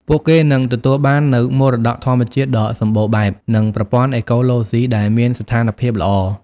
ពួកគេនឹងទទួលបាននូវមរតកធម្មជាតិដ៏សម្បូរបែប និងប្រព័ន្ធអេកូឡូស៊ីដែលមានស្ថានភាពល្អ។